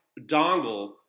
dongle